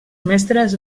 mestres